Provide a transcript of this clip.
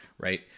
Right